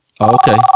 Okay